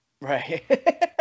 Right